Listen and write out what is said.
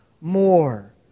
more